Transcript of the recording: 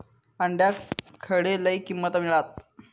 अंड्याक खडे लय किंमत मिळात?